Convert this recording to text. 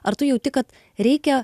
ar tu jauti kad reikia